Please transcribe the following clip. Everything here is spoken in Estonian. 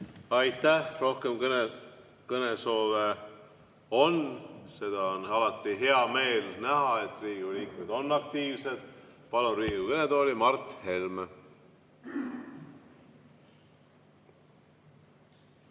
Aitäh, rohkem kõnesoove ... on. Seda on alati hea meel näha, et Riigikogu liikmed on aktiivsed. Palun Riigikogu kõnetooli Mart Helme.